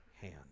hand